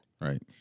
right